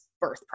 birth